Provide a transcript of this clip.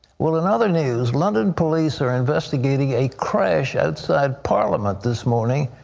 well, in other news, london police are investigating a crash outside parliament this morning.